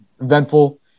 eventful